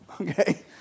Okay